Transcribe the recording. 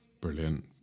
Brilliant